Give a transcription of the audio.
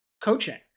coaching